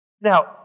Now